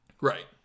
Right